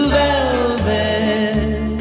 velvet